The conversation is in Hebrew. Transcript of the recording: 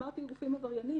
אמרתי גופים עברייניים?